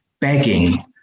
begging